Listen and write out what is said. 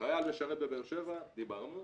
חייל שמשרת בבאר שבע, דיברנו.